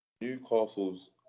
Newcastle's